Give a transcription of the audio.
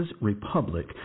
Republic